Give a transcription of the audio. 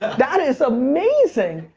that is amazing.